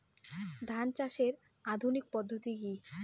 ধান চাষের আধুনিক পদ্ধতি কি?